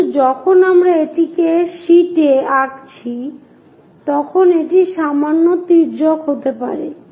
কিন্তু যখন আমরা এটিকে শিট এ আঁকছি তখন এটি সামান্য তির্যক হতে পারে